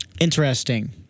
Interesting